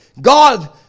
God